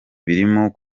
birimo